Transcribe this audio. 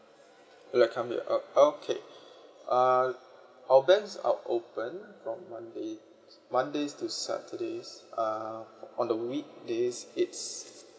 like come here o~ okay err our banks are open from monday mondays to saturdays uh on the weekdays it's